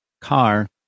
car